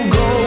go